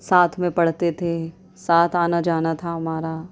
ساتھ میں پڑھتے تھے ساتھ آنا جانا تھا ہمارا